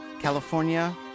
California